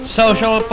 social